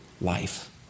life